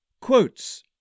Quotes